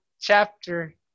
chapter